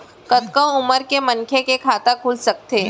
कतका उमर के मनखे के खाता खुल सकथे?